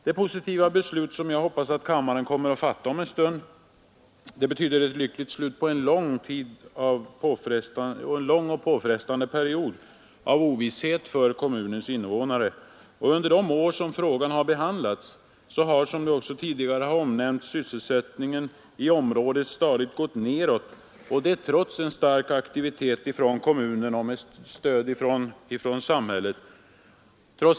Det positiva beslut vi hoppas kammaren kommer att fatta om en stund betyder ett lyckligt slut på en lång och påfrestande period av ovisshet för kommunens invånare. Under de år frågan har behandlats har, som också tidigare omnämnts, sysselsättningen i området stadigt gått nedåt trots en stark aktivitet från kommunen och med stöd från samhället.